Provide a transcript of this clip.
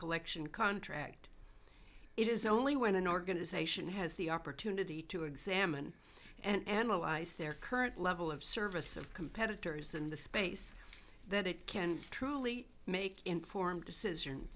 collection contract it is only when an organization has the opportunity to examine and analyze their current level of service of competitors in the space that it can truly make informed decision